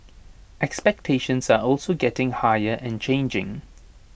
expectations are also getting higher and changing